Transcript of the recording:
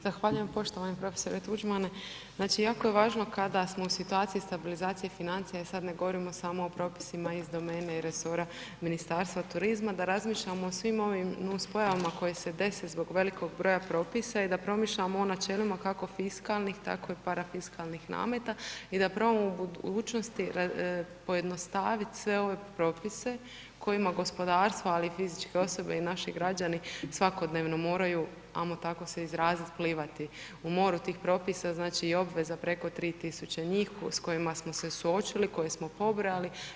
Zahvaljujem, poštovani profesore Tuđmane znači jako je važno kada smo u situaciji stabilizacije financija i sad ne govorimo samo o propisima iz domene i resora Ministarstva turizma da razmišljam o svim ovim nus pojavama koje se dese zbog velikog broja propisa i da promišljamo o načelima kako fiskalnih, tako i parafiskalnih nameta i da probamo u budućnosti pojednostavit sve ove propise kojima gospodarstvo, ali i fizičke osobe i naši građani svakodnevno moraju, ajmo tako se izrazit, plivati u moru tih propisa, znači, i obveza preko 3000 njih s kojima smo se suočili, koje smo pobrali.